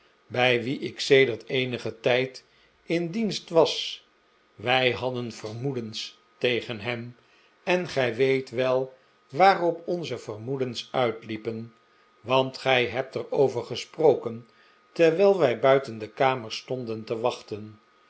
bij wien ik sedert eenigen tijd in dienst was wij hadden vermoedens tegen hem en gij weet wel waarop onze vermoedens uitliepen want gij hebt er over gesproken terwijl wij buiten de kamer stonden te wachten